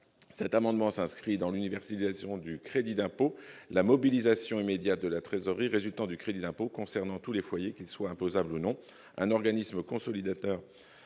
Cet amendement s'inscrit dans l'universalisation du crédit d'impôt, puisque la mobilisation immédiate de la trésorerie en résultant concernerait tous les foyers, qu'ils soient imposables ou non. Un organisme consolidateur